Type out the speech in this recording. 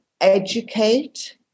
educate